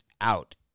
out